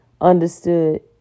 understood